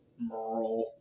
Merle